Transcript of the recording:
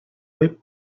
web